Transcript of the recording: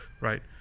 right